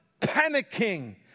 panicking